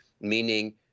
meaning